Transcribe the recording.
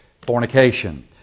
fornication